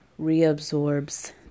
reabsorbs